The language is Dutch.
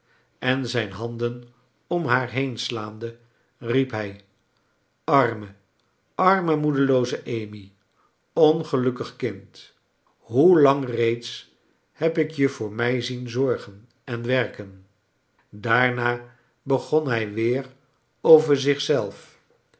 en zijn handen om haar heen slaande riep hij arme arme moederlooze amy ongelukkig kind hoe lang reeds heb ik je voor mij zien zorgen en werken daarna begon hij weer over